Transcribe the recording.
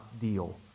deal